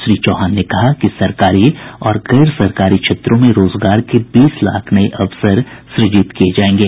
श्री चौहान ने कहा कि सरकारी और गैर सरकारी क्षेत्रों में रोजगार के बीस लाख नये अवसर सृजित किये जायेंगे